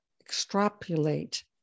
extrapolate